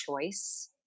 choice